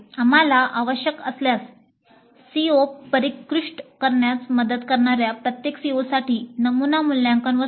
आम्हाला आवश्यक असल्यास CO परिष्कृत करण्यास मदत करणार्या प्रत्येक CO साठी नमुना मूल्यांकन वस्तू